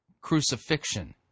crucifixion